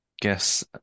guess